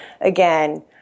again